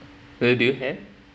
well do you have